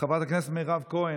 חבר הכנסת רון כץ,